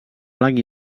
blanc